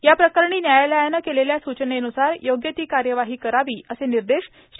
या प्रकरणी न्यायालयानं केलेल्या सूचनेनुसार योग्य ती कार्यवाही करावी असे निर्देश श्री